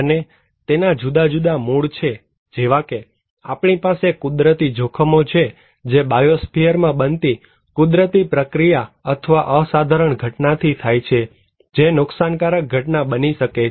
અને તેના જુદા જુદા મૂળ છે જેવા કે આપણી પાસે કુદરતી જોખમો છે જે બાયોસ્ફિયર માં બનતી કુદરતી પ્રક્રિયા અથવા અસાધારણ ઘટના થી થાય છે જે નુકસાનકારક ઘટના બની શકે છે